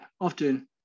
often